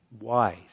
wise